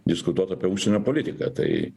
diskutuot apie užsienio politiką tai